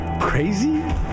Crazy